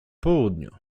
południu